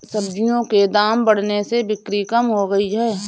सब्जियों के दाम बढ़ने से बिक्री कम हो गयी है